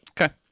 okay